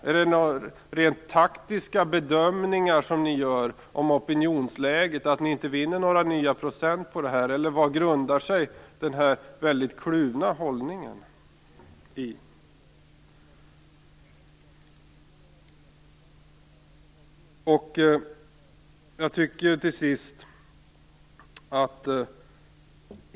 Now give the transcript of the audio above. Är det rent taktiska bedömningar ni gör kring opinionsläget - att ni inte vinner några nya procent på detta, eller vad grundar sig denna väldigt kluvna hållning på?